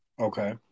Okay